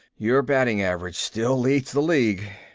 your batting average still leads the league.